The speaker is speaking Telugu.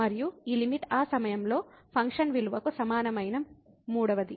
మరియు ఈ లిమిట్ ఆ సమయంలో ఫంక్షన్ విలువకు సమానమైన మూడవది